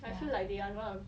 I feel like they